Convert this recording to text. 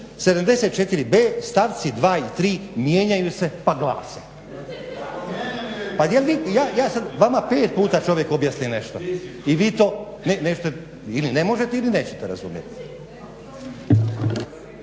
74.b stavci 2. i 3. mijenjaju se pa glase. Pa jel' vi, vama sad 5 puta čovjek objasni nešto i vi to ili ne možete ili nećete razumjeti.